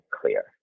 clear